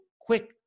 quick